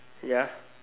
ya